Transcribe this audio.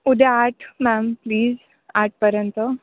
उद्या आठ ma'am please आठपर्यंत